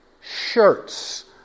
shirts